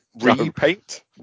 Repaint